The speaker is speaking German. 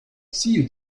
ziel